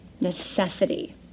necessity